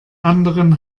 anderen